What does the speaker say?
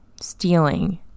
stealing